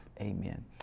Amen